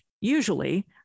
usually